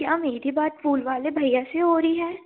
क्या मेरी बात फूल वाले भैया से हो रही है